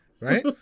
right